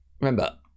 Remember